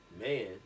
man